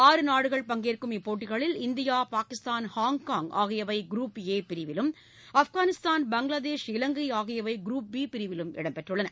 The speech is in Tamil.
ஆறு நாடுகள் பங்கேற்கும் இப்போட்டிகளில் இந்தியா பாகிஸ்தான் ஹாங்காங் ஆகியவை குரூப் ஏ பிரிவிலும் ஆப்காளிஸ்தான் பங்களாதேஷ் இவங்கை ஆகியவை குருப் பி பிரிவிலும் இடம்பெற்றள்ளன